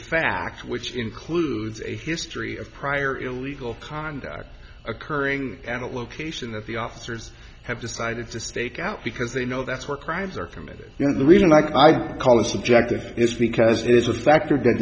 fact which includes a history of prior illegal conduct occurring at a location that the officers have decided to stake out because they know that's where crimes are committed you know the reason like i'd call a subjective is because there is a factor that